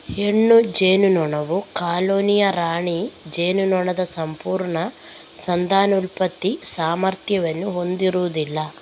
ಹೆಣ್ಣು ಜೇನುನೊಣವು ಕಾಲೋನಿಯ ರಾಣಿ ಜೇನುನೊಣದ ಸಂಪೂರ್ಣ ಸಂತಾನೋತ್ಪತ್ತಿ ಸಾಮರ್ಥ್ಯವನ್ನು ಹೊಂದಿರುವುದಿಲ್ಲ